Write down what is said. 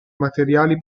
materiali